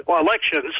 elections